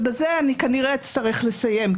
ובזה אני כנראה אצטרך לסיים,